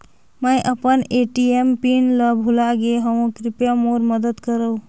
मैं अपन ATM PIN ल भुला गे हवों, कृपया मोर मदद करव